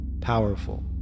powerful